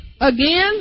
again